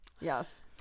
yes